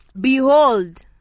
Behold